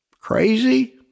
Crazy